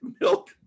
milk